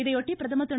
இதையொட்டி பிரதமர் திரு